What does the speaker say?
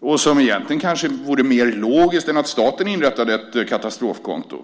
och som egentligen kanske vore mer logiskt än att staten inrättade ett katastrofkonto.